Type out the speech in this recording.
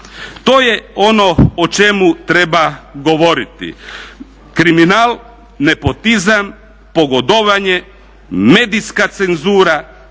To je ono o čemu treba govoriti. Kriminal, nepotizam, pogodovanje, medijska cenzura,